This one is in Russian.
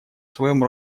своем